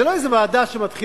זה לא איזו ועדה שמתחילה,